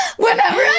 Whenever